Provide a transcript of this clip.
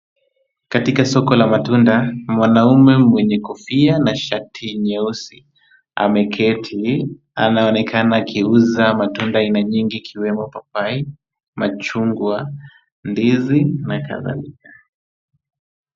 Katika soko la matunda, mwanaume mwenye kofia na shati nyeusi, ameketi, anaonekana akiuza matunda aina nyingi ikiwemo papai, machungwa, ndizi na kadhalika.